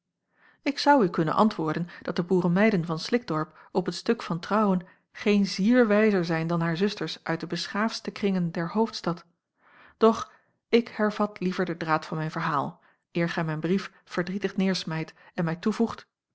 ik zou u kunnen antwoorden dat de boeremeiden van slikdorp op het stuk van trouwen geen zier wijzer zijn dan haar zusters uit de beschaafdste kringen der hoofdstad doch ik hervat liever den draad van mijn verhaal eer gij mijn brief verdrietig neêrsmijt en mij toevoegt